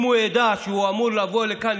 אם הוא יידע שהוא אמור לבוא לכאן,